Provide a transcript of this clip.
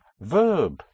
Verb